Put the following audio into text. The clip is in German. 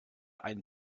ein